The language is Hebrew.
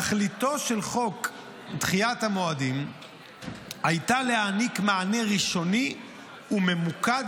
תכליתו של חוק דחיית מועדים הייתה להעניק מענה ראשוני וממוקד